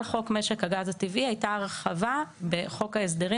על חוק משק הגז הטבעי הייתה הרחבה בחוק ההסדרים